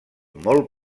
molt